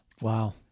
Wow